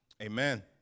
Amen